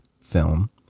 film